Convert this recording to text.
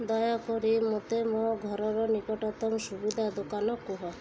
ଦୟାକରି ମୋତେ ମୋ ଘରର ନିକଟତମ ସୁବିଧା ଦୋକାନ କୁହ